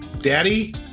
daddy